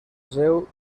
seu